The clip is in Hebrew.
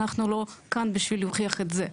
אנחנו לא כאן בשביל להוכיח את זה,